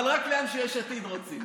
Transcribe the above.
אבל רק לאן שיש עתיד רוצים.